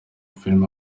filime